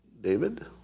David